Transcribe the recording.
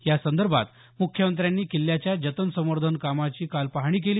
या संदर्भात मुख्यमंत्र्यांनी किल्ल्याच्या जतन संवर्धन कामांची काल पाहणी केली